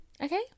Okay